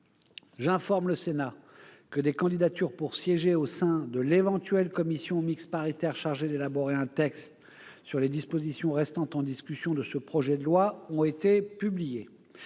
J'informe le Sénat que des candidatures pour siéger au sein de l'éventuelle commission mixte paritaire chargée d'élaborer un texte sur les dispositions restant en discussion du présent projet de loi ont été publiées.